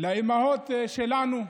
לאימהות שלנו,